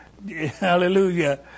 Hallelujah